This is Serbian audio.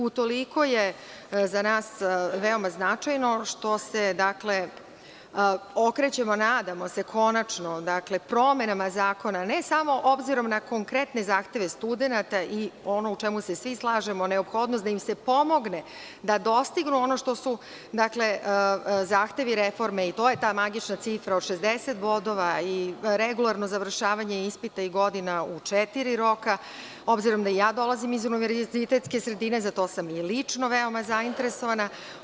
Utoliko je za nas veoma značajno što se dakle, okrećemo, nadamo se konačno promenama zakona, ne samo obzirom na konkretne zahteve studenata i ono o čemu se svi slažemo neophodnost da im se pomogne da dostignu ono što su zahtevi reforme, to je ta magična cifra od 60 bodova i regularno završavanje ispita i godina u četiri roka, obzirom da dolazim iz univerzitetske sredine, za to sam i lično veoma zainteresovana.